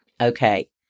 Okay